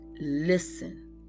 listen